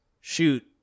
shoot